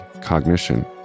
cognition